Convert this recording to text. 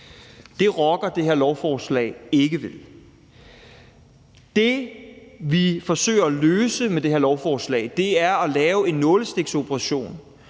Det rokker det her lovforslag ikke ved. Det, vi forsøger at gøre med det her lovforslag, er at lave en nålestiksoperation,